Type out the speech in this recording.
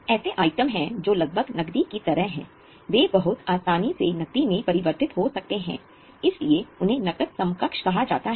ऐसे आइटम हैं जो लगभग नकदी की तरह हैं वे बहुत आसानी से नकदी में परिवर्तित हो सकते हैं इसलिए उन्हें नकद समकक्ष कहा जाता है